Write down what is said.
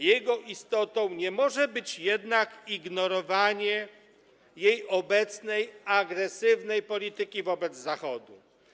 Jego istotą nie może być jednak ignorowanie jej obecnej agresywnej polityki wobec Zachodu.